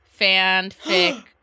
fanfic